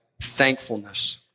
thankfulness